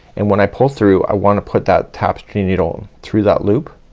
and when i pull through i wanna put that tapestry needle through that loop